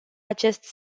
acest